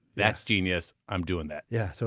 that's genius, i'm doing that yeah so